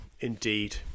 Indeed